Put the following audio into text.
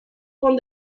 von